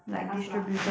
like us lah